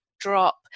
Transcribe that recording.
drop